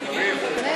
חוק